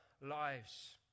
lives